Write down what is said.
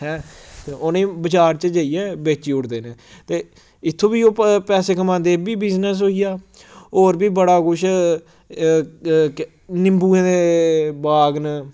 हैं ते उ'नें गी बजार च जाइयै बेची ओड़दे न ते इत्थूं बी ओह् प पैहे कमांदे एह् बी बिजनस होई गेआ होर बी बड़ा कुछ निम्बुएं दे बाग न